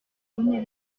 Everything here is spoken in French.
rené